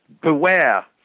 beware